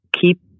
keep